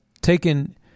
taken